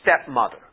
stepmother